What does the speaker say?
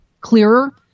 clearer